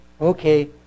okay